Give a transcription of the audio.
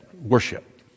Worship